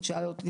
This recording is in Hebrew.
את שאלת אותי,